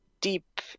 deep